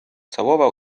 całował